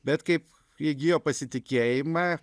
bet kaip įgijo pasitikėjimą